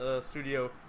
studio